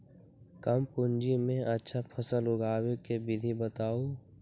कम पूंजी में अच्छा फसल उगाबे के विधि बताउ?